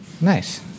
nice